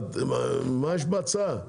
מה יש בהצעה?